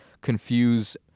confuse